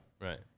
right